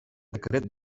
decret